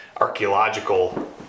archaeological